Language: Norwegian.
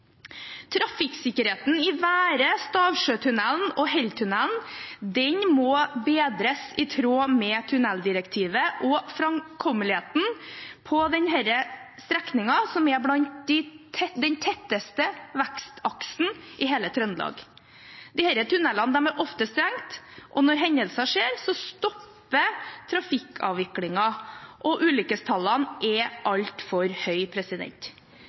Trafikksikkerheten og framkommeligheten i Være, Stavsjøtunnelen og Helltunnelen må bedres i tråd med tunneldirektivet på denne strekningen, som ligger i den tetteste vekstaksen i hele Trøndelag. Disse tunnelene er ofte stengt, og når hendelser oppstår, stopper trafikkavviklingen. Og ulykkestallene er altfor